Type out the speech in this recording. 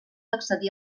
accedir